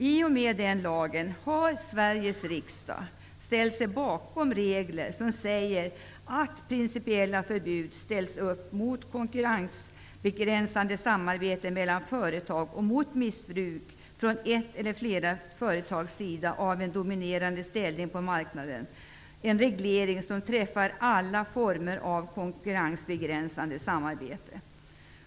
Genom den lagen har Sveriges riksdag ställt sig bakom regler innebärande principiella förbud mot konkurrensbegränsande samarbete mellan företag och mot missbruk från ett eller flera företags sida av en dominerande ställning på marknaden. Denna reglering träffar alla former av konkurrensbegränsande samarbete.